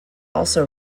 also